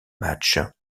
matchs